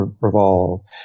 revolve